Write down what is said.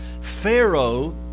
Pharaoh